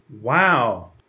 Wow